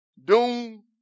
Doom